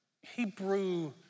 Hebrew